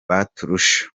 baturusha